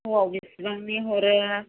स'आव बेसेबांनि हरो